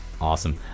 Awesome